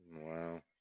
Wow